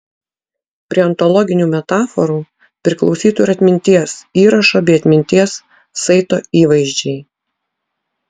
prie ontologinių metaforų priklausytų ir atminties įrašo bei atminties saito įvaizdžiai